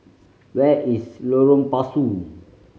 where is Lorong Pasu